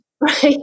Right